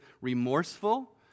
remorseful